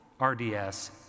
RDS